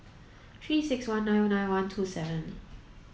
three six one nine nine one two seven